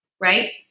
right